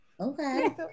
Okay